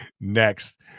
next